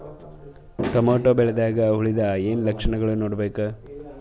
Tomato ಬೆಳಿದಾಗ್ ಹುಳದ ಏನ್ ಲಕ್ಷಣಗಳು ನೋಡ್ಬೇಕು?